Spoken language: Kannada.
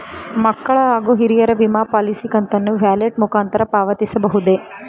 ಮಕ್ಕಳ ಹಾಗೂ ಹಿರಿಯರ ವಿಮಾ ಪಾಲಿಸಿ ಕಂತನ್ನು ವ್ಯಾಲೆಟ್ ಮುಖಾಂತರ ಪಾವತಿಸಬಹುದೇ?